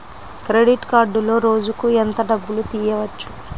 Credit కార్డులో రోజుకు ఎంత డబ్బులు తీయవచ్చు?